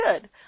good